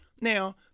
Now